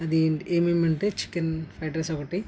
అది ఏమేమంటే chicken fried rice ఒకటి